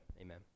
Amen